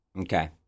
Okay